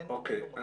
אוקיי.